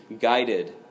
guided